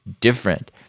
different